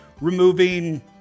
removing